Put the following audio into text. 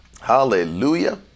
Hallelujah